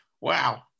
wow